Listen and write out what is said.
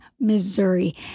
Missouri